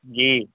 जी